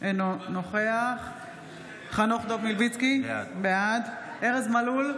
אינו נוכח חנוך דב מלביצקי, בעד ארז מלול,